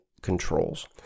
controls